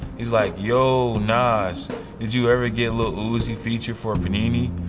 he's like, yo nas. did you ever get lil uzi feature for panini?